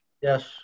Yes